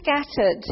scattered